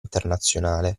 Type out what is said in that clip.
internazionale